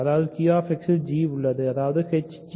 அதாவது QX இல் g உள்ளது அதாவது hgf